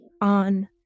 on